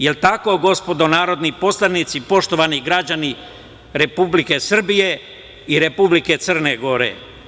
Jel tako, gospodo, narodni poslanici i poštovani građani Republike Srbije i Republike Crne Gore?